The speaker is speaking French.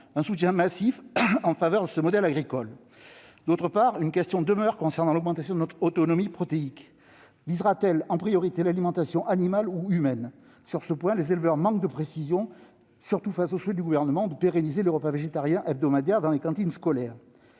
un soutien massif en faveur de ce modèle agricole. D'autre part, une question demeure concernant l'augmentation de notre autonomie protéique : visera-t-elle en priorité l'alimentation animale ou humaine ? Sur ce point, les éleveurs manquent de précisions, surtout au regard du souhait du Gouvernement de pérenniser les repas végétariens hebdomadaires dans les cantines scolaires.